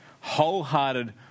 wholehearted